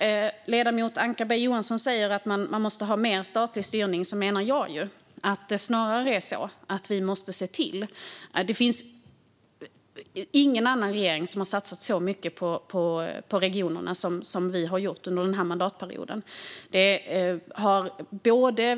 Ledamoten Ankarberg Johansson säger att det måste vara mer statlig styrning. Men jag menar något annat. Ingen annan regering har satsat så mycket på regionerna som vi har gjort under den här mandatperioden.